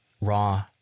raw